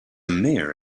mayor